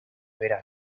verano